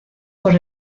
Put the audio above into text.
por